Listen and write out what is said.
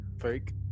fake